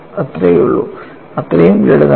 അത്രയേയുള്ളൂ അത്രയും ലളിതമാണ്